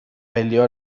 peleó